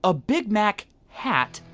a big mac hat,